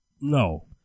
no